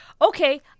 okay